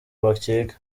bakiga